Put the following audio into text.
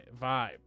vibe